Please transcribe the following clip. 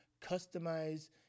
customize